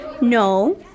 No